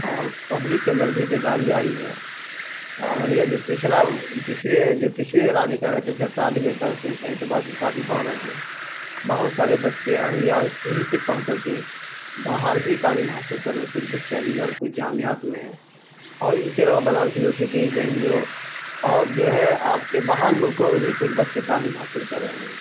اور پبلک کے اندر بھی بیداری آئی ہے اور ارریہ جو پچھلا پچھلے جو پچھلے علاقے کہ رہتے تھے تعلیمی طرز سے اعتبار سے کافی بڑھ رہے ہیں بہت سارے بچے ارریہ سے ہی سے پڑھ کر کے باہر بھی تعلیم حاصل کر رہے ہیں کچھ بچے علی گڑھ کچھ جامعات میں ہیں اور ان کے علاوہ Banaras university J N U اور جو ہے آپ کے باہر ملکوں میں بھی کچھ بچے تعلیم حاصل کر رہے ہیں